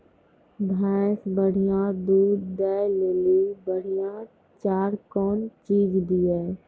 भैंस बढ़िया दूध दऽ ले ली बढ़िया चार कौन चीज दिए?